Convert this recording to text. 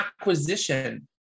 acquisition